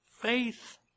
faith